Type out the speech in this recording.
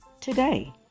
today